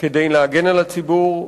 כדי להגן על הציבור.